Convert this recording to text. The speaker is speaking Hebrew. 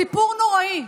סיפור נוראי.